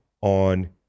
on